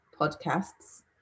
podcasts